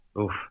Oof